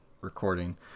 recording